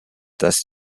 dass